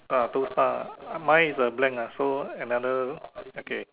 ah two star mine is a blank uh so another okay